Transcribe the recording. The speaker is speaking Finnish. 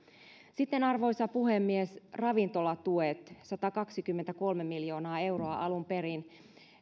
sitten arvoisa puhemies ravintolatuet satakaksikymmentäkolme miljoonaa euroa alun perin